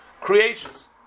creations